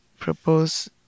propose